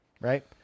right